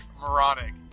moronic